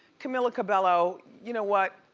camila cabello, you know what?